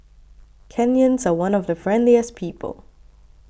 Kenyans are one of the friendliest people